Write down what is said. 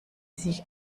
sich